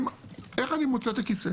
איך אני מוצא את הכיסא?